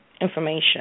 information